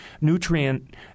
nutrient